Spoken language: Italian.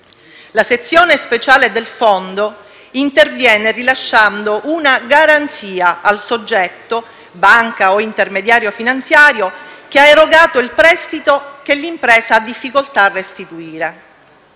La sezione speciale del Fondo interviene rilasciando una garanzia al soggetto (banca o intermediario finanziario) che ha erogato il prestito che l'impresa ha difficoltà a restituire.